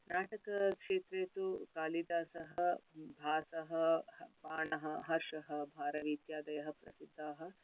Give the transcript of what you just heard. नाटकक्षेत्रे तु कालिदसः भासः बाणः हर्षः भारवि इत्यादयः प्रसिद्धाः